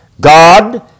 God